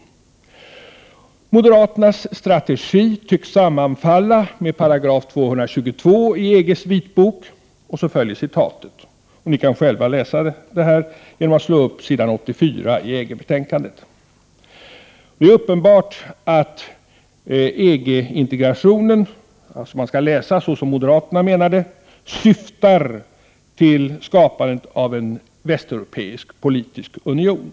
Det står i reservationen på s. 84 i EG-betänkandet: ”Motionärernas” — moderaternas — ”strategi tycks sammanfalla med EGs vitbok, paragraf 222: ”Liksom tullunionen måste föregå den ekonomiska integrationen så måste den ekonomiska integrationen föregå europeisk enhet. Vad denna vitbok föreslår är att Gemenskapen nu tar ett steg vidare på den väg som så klart är utlinjerad i Traktaten”.” Det är uppenbart att detta skall utläsas så, att EG-integrationen enligt vad moderaterna menar syftar till skapandet av en västeuropeisk politisk union.